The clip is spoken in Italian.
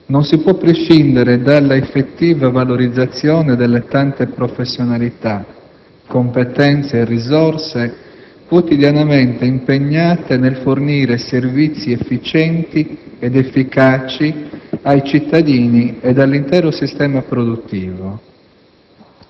non si può prescindere dalla effettiva valorizzazione delle tante professionalità, competenze e risorse, quotidianamente impegnate nel fornire servizi efficienti ed efficaci ai cittadini e all'intero sistema produttivo.